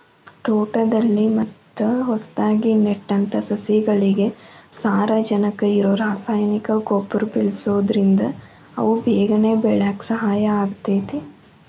ತೋಟದಲ್ಲಿ ಮತ್ತ ಹೊಸದಾಗಿ ನೆಟ್ಟಂತ ಸಸಿಗಳಿಗೆ ಸಾರಜನಕ ಇರೋ ರಾಸಾಯನಿಕ ಗೊಬ್ಬರ ಬಳ್ಸೋದ್ರಿಂದ ಅವು ಬೇಗನೆ ಬೆಳ್ಯಾಕ ಸಹಾಯ ಆಗ್ತೇತಿ